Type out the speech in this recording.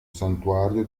santuario